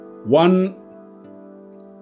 One